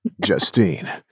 Justine